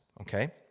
Okay